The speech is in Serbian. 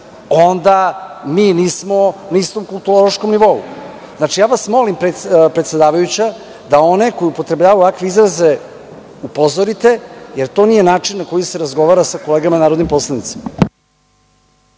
onda mi nismo u kulturološkom nivou. Znači, molim vas predsedavajuća, da one koji upotrebljavaju ovakve izraze upozorite, jer to nije način na koji se razgovara sa kolegama narodnim poslanicima.